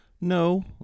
No